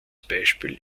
beispiel